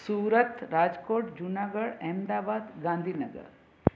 Surat Rajkot Junagadh Ahmedabad Gandhi Nagar